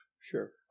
Sure